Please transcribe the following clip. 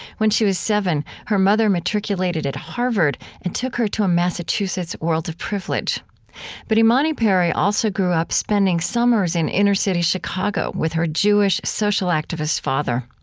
when she was seven, her mother matriculated at harvard and took her to a massachusetts world of privilege but imani perry also grew up spending summers in inner-city chicago with her jewish social activist father.